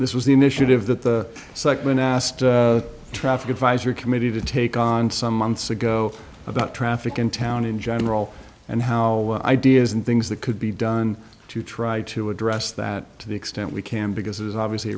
this was the initiative that the segment asked traffic advisory committee to take on some months ago about traffic in town in general and how ideas and things that could be done to try to address that to the extent we can because it was obviously